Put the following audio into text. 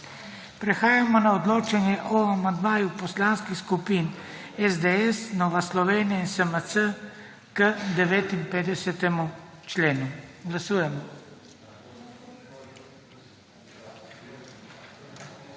Prehajamo na odločanje o amandmaju poslanskih skupin SDS, Nova Slovenija in SMC k 59. členu. Glasujemo.